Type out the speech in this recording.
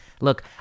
Look